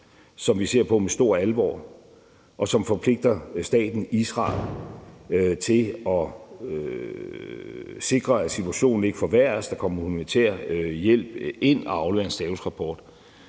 som vi ser på med stor alvor, og som forpligter staten Israel til at sikre, at situationen ikke forværres, at der kommer humanitær hjælp ind, og at der afleveres en statusrapport.